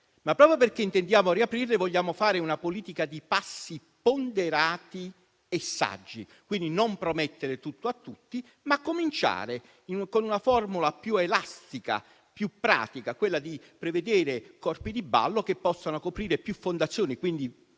Proprio perché intendiamo riaprirle, vogliamo fare una politica di passi ponderati e saggi, quindi non promettere tutto a tutti, ma cominciare con una formula più elastica, più pratica, ossia quella di prevedere corpi di ballo che possano coprire più fondazioni: Venezia